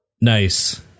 Nice